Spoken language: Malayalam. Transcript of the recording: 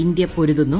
ഇന്ത്യ പൊരുതുന്നു